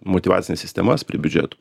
motyvacines sistemas prie biudžetų